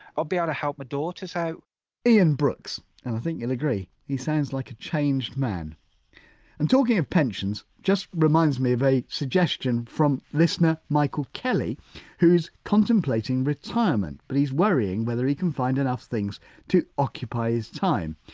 i'll be able to help my daughters out ian brooks. and i think you'll agree he sounds like a changed man and talking of pensions just reminds me of a suggestion from listener michael kelly who's contemplating retirement but he's worrying whether he can find enough things to occupy his time.